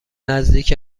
نزدیک